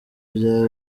bya